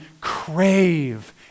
crave